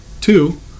Two